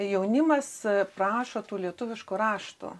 jaunimas prašo tų lietuviškų raštų